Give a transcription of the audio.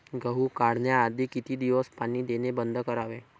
गहू काढण्याआधी किती दिवस पाणी देणे बंद करावे?